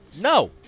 No